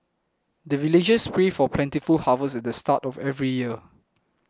the villagers pray for plentiful harvest at the start of every year